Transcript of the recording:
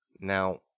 Now